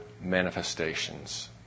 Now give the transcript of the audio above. manifestations